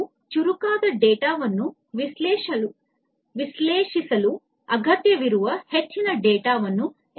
ಅವರು ಚುರುಕಾದ ಡೇಟಾವನ್ನು ವಿಶ್ಲೇಷಿಸಲು ಅಗತ್ಯವಿರುವ ಹೆಚ್ಚಿನ ಡೇಟಾವನ್ನು ಒದಗಿಸುತ್ತಾರೆ